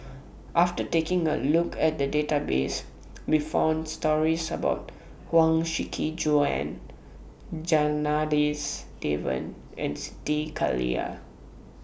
after taking A Look At The Database We found stories about Huang Shiqi Joan Janadas Devan and Siti Khalijah